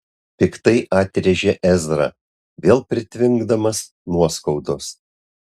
piktai atrėžė ezra vėl pritvinkdamas nuoskaudos